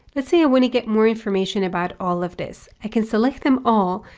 let's say i want to get more information about all of this. i can select them all,